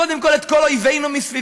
קודם כול את כל אויבינו מסביבנו,